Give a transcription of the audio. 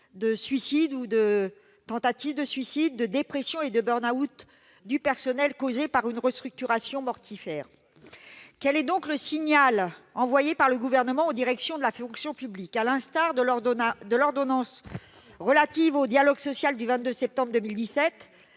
de suicides ou de tentatives de suicide, de dépressions et de burn-out du personnel causés par une restructuration mortifère. Quel est donc le signal envoyé par le Gouvernement aux directions de la fonction publique ? À l'instar de l'ordonnance relative au dialogue social du 22 septembre 2017,